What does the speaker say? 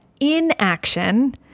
inaction